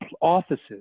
offices